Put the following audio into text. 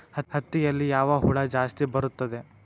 ಹತ್ತಿಯಲ್ಲಿ ಯಾವ ಹುಳ ಜಾಸ್ತಿ ಬರುತ್ತದೆ?